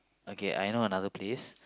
okay I know another place